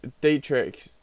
dietrich